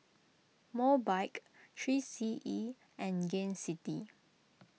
Mobike three C E and Gain City